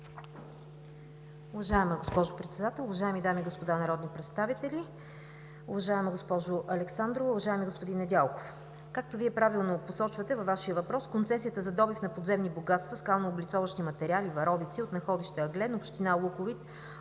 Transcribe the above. Уважаема госпожо Председател, уважаеми дами и господа народни представители, уважаема госпожо Александрова, уважаеми господин Недялков! Както Вие правилно посочвате във Вашия въпрос, концесията за добив на подземни богатства, скално-облицовъчни материали, варовици от находище „Ъглен“, община Луковит,